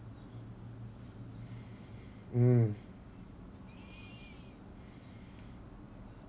mm